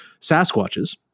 sasquatches